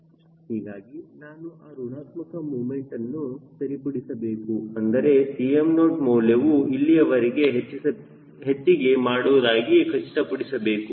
ಹೀಗಾಗಿ ನಾನು ಆ ಋಣಾತ್ಮಕ ಮೊಮೆಂಟ್ನ್ನು ಸರಿಪಡಿಸಬೇಕು ಅಂದರೆ Cm0 ಮೌಲ್ಯವು ಇಲ್ಲಿಯವರೆಗೆ ಹೆಚ್ಚಿಗೆ ಮಾಡುವುದಾಗಿ ಖಚಿತಪಡಿಸಬೇಕು